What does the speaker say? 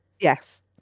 Yes